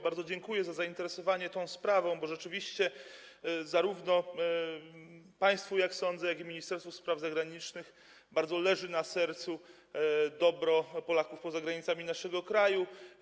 Bardzo dziękuję za zainteresowanie się tą sprawą, bo rzeczywiście zarówno państwu - jak sądzę - jak i Ministerstwu Spraw Zagranicznych bardzo leży na sercu dobro Polaków przebywających poza granicami naszego kraju.